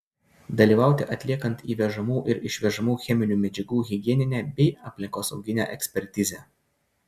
dalyvauti atliekant įvežamų ir išvežamų cheminių medžiagų higieninę bei aplinkosauginę ekspertizę